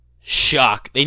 shock